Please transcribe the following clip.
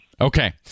Okay